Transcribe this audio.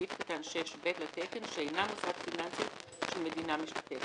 סעיף קטן 6.ב) לתקן שאינה מוסד פיננסי של מדינה משתתפת,